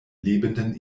lebenden